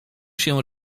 się